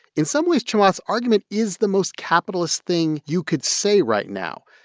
in some ways, chamath's argument is the most capitalist thing you could say right now.